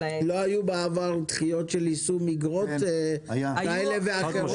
לא היו בעבר דחיות של יישום איגרות כאלה ואחרות?